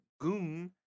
goon